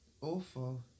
awful